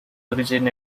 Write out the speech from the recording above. origin